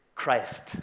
Christ